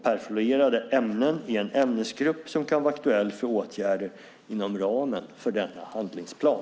Perfluorerade ämnen är en ämnesgrupp som kan vara aktuell för åtgärder inom ramen för denna handlingsplan.